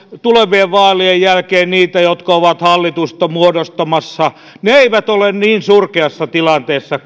tulevien vaalien jälkeen niitä jotka ovat hallitusta muodostamassa he eivät ole niin surkeassa tilanteessa